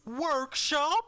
Workshop